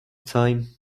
time